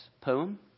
poem